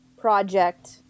project